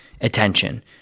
attention